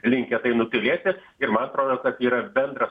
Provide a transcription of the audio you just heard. linkę nutylėti ir man atrodo kad yra bendras